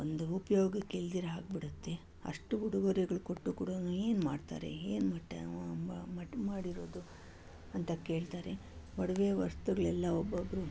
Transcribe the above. ಒಂದು ಉಪಯೋಗಕ್ಕಿಲ್ದಿರೋದು ಆಗ್ಬಿಡುತ್ತೆ ಅಷ್ಟು ಉಡುಗೊರೆಗಳು ಕೊಟ್ಟರೂ ಕೂಡ ಏನು ಮಾಡ್ತಾರೆ ಏನು ಮಠ ಮಟ್ ಮಾಡಿರೋದು ಅಂತ ಕೇಳ್ತಾರೆ ಒಡವೆ ವಸ್ತುಗಳೆಲ್ಲ ಒಬ್ಬೊಬ್ಬರು